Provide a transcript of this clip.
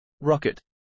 Rocket